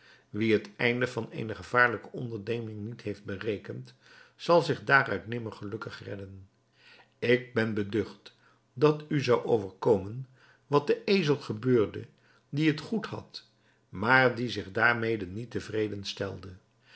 wie het einde van eene gevaarlijke onderneming niet heeft berekend zal zich daaruit nimmer gelukkig redden ik ben beducht dat u zou overkomen wat den ezel gebeurde die het goed had maar die zich daarmede niet te vreden stelde